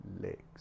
legs